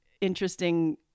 interesting